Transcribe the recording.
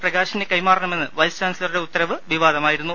പ്രഗാഷിന് കൈമാറണമെന്ന വൈസ് ചാൻസലറുടെ ഉത്തരവ് വിവാദമായിരുന്നു